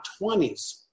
20s